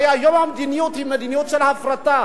הרי היום המדיניות היא מדיניות של הפרטה.